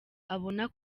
abona